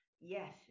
yes